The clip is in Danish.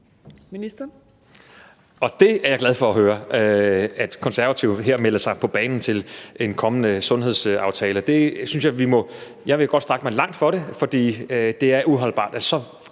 Jeg er glad for at høre, at Konservative her melder sig på banen i forbindelse med den kommende sundhedsaftale. Jeg vil godt strække mig langt for det, for det er uholdbart,